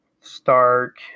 Stark